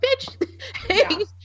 Bitch